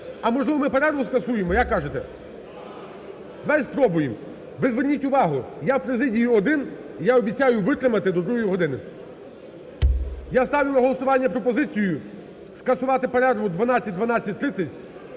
А, можливо, ми перерву скасуємо? Як скажете? Давайте спробуємо. Ви зверніть увагу, я в президії один і я обіцяю витримати до другої години. Я ставлю на голосування пропозицію скасувати перерву 12:00-12:30